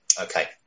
Okay